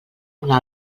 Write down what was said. una